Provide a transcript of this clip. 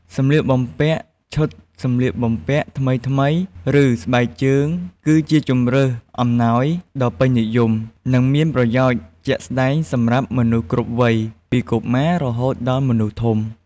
សម្លៀកបំពាក់ ឈុតសម្លៀកបំពាក់ថ្មីៗ ឬ ស្បែកជើង គឺជាជម្រើសអំណោយដ៏ពេញនិយម និងមានប្រយោជន៍ជាក់ស្តែងសម្រាប់មនុស្សគ្រប់វ័យ ពីកុមារ រហូតដល់មនុស្សធំ។